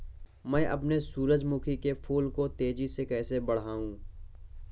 मैं अपने सूरजमुखी के फूल को तेजी से कैसे बढाऊं?